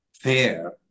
fair